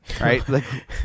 right